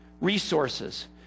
resources